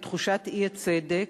ותחושת האי-צדק,